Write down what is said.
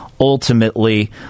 ultimately